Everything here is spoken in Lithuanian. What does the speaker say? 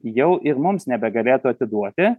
jau ir mums nebegalėtų atiduoti